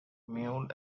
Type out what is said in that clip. mule